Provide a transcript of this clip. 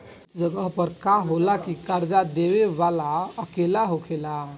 कुछ जगह पर का होला की कर्जा देबे वाला अकेला होखेला